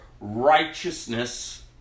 righteousness